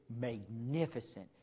magnificent